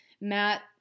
Matt